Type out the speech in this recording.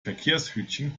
verkehrshütchen